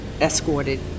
escorted